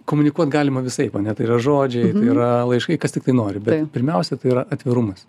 komunikuot galima visaip ane tai yra žodžiai tai yra laiškai kas tiktai nori bet pirmiausia tai yra atvirumas